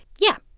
yeah.